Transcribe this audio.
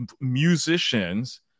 musicians